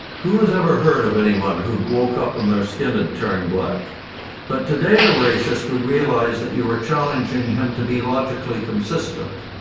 who has ever heard of anyone who woke up and their skin had turned black but today a racist would realise that you were challenging him to be logically consistent,